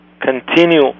continue